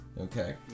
Okay